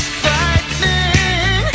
frightening